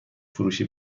فروشی